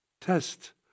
test